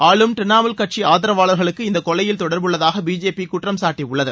ஆளும் திரிணமூல் கட்சி ஆதரவாளர்களுக்கு இந்தக் கொலையில் தொடர்புள்ளதாக பிஜேபி குற்றம் சாட்டியுள்ளது